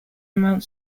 amount